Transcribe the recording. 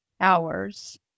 hours